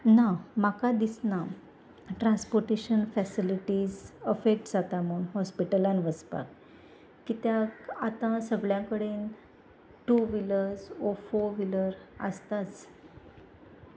ना म्हाका दिसना ट्रांसपोटेशन फेसिलिटीज अफेक्ट जाता म्हूण हॉस्पिटलान वचपाक कित्याक आतां सगळ्या कडेन टू विलर्स ओ फोर व्हिलर आसताच